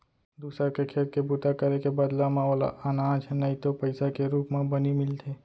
दूसर के खेत के बूता करे के बदला म ओला अनाज नइ तो पइसा के रूप म बनी मिलथे